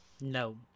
No